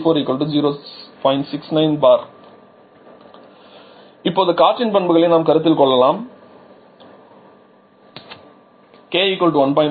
69 bar இப்போது காற்றின் பண்புகளை நாம் கருத்தில் கொள்ளலாம் k 1